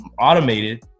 automated